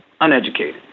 uneducated